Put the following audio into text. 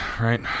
right